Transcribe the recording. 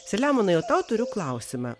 selemonai o tau turiu klausimą